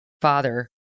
father